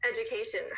education